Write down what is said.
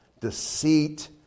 deceit